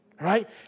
right